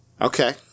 Okay